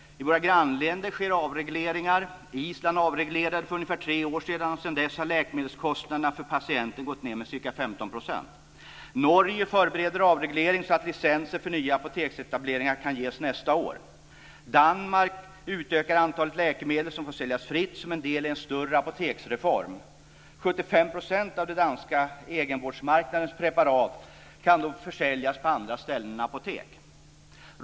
I våra grannländer sker avregleringar. Island avreglerade för ungefär tre år sedan, och sedan dess har läkemedelskostnaderna för patienten gått ned med ca 15 %. Norge förbereder avreglering så att licenser för nya apoteksetableringar kan ges nästa år. Danmark utökar antalet läkemedel som får säljas fritt som en del i en större apoteksreform. 75 % av den danska egenvårdsmarknadens preparat kan då försäljas på andra ställen än apotek.